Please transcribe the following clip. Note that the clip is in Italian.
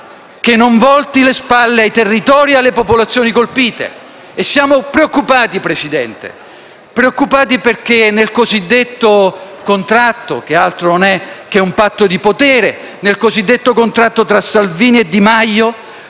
non volti le spalle ai territori e alle popolazioni colpite. Siamo preoccupati, Presidente; preoccupati perché nel cosiddetto contratto - altro non è che un patto di potere tra Salvini e Di Maio